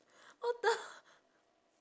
what the